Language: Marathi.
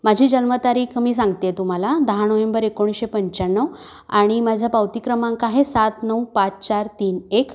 माझी जन्मतारीख मी सांगतेय तुम्हाला दहा णोव्हेंबर एकोणीसशे पंच्याण्णव आणि माझा पावती क्रमांक आहे सात नऊ पाच चार तीन एक